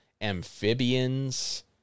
amphibians